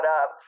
up